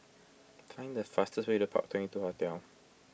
find the fastest way to Park Twenty two Hotel